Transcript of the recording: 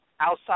outside